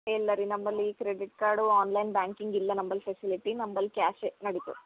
ಇಲ್ಲ ರೀ ನಮ್ಮಲ್ಲಿ ಈ ಕ್ರೆಡಿಟ್ ಕಾರ್ಡು ಆನ್ಲೈನ್ ಬ್ಯಾಂಕಿಂಗ್ ಇಲ್ಲ ನಂಬಲ್ ಫೆಸಿಲಿಟಿ ನಂಬಲ್ ಕ್ಯಾಶೆ ನಡಿತದೆ